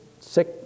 sick